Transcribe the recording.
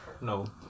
no